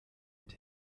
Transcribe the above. mit